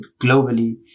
globally